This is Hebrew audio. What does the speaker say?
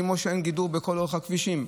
כמו שאין גידור לאורך כל הכבישים.